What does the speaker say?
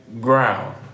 Ground